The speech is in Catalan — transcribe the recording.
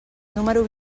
número